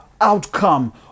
outcome